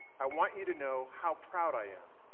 i want you to know how proud i am,